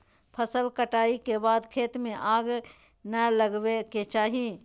फसल कटाई के बाद खेत में आग नै लगावय के चाही